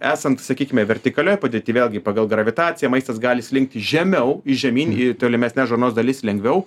esant sakykime vertikalioj padėty vėlgi pagal gravitaciją maistas gali slinkti žemiau žemyn į tolimesnes žarnos dalis lengviau